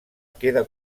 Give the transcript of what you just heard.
queda